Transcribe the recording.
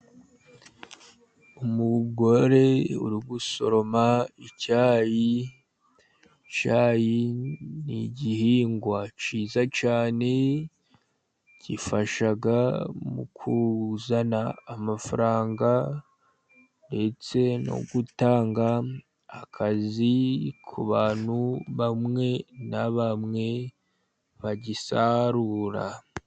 Umugore uri gusoroma icyayi. Icyayi ni igihingwa cyiza cyane, gifasha mu kuzana amafaranga ndetse no gutanga akazi ku bantu bamwe na bamwe bagisarura.